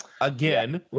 again